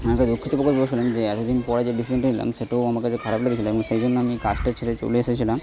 এত দুঃখিত যে এতদিন পরে যে ডিসিশানটা নিলাম সেটাও আমার কাছে খারাপ লেগেছিলো আমি সেই জন্য আমি কাজটা ছেড়ে চলে এসেছিলাম